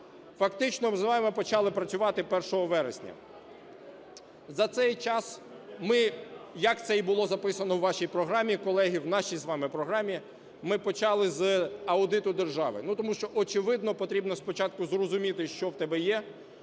Фактично, ми з вами почали працювати 1 вересня. За цей час ми, як це й було записано у вашій програмі, колеги, у нашій з вами програмі, ми почали з аудиту держави. Ну, тому що, очевидно, потрібно спочатку зрозуміти, що в тебе є,